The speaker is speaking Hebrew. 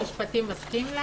משרד המשפטים מסכים?